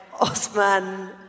Osman